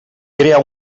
crea